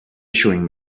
issuing